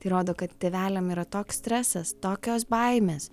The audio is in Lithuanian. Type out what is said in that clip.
tai rodo kad tėveliam yra toks stresas tokios baimės